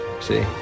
See